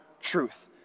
truth